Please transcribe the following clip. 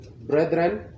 brethren